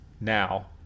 now